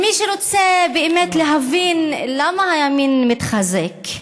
מי שרוצה באמת להבין למה הימין מתחזק,